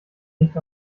nicht